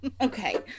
okay